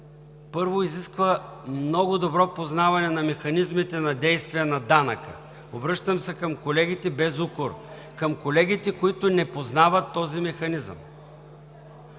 Първо, изисква много добро познаване на механизмите на действие на данъка. Обръщам се към колегите без укор – към колегите, които не познават този механизъм.